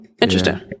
interesting